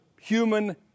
human